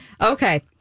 Okay